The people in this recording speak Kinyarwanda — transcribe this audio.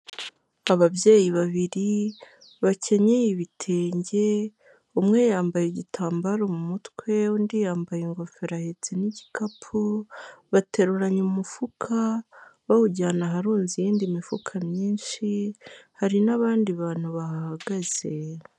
Ababyeyi babiri bakenyeye ibitenge umwe yambaye igitambaro mu mutwe, undi yambaye ingofero ahetse n'igikapu bateruranye umufuka bawujyana aharunze iyindi mifuka myinshi, hari n'abandi bantu bahagaze.